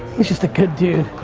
he's just a good dude.